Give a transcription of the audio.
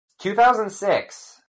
2006